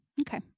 Okay